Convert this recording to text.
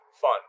fun